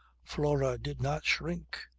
flora did not shrink.